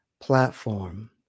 platform